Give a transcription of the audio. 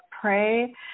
pray